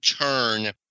turn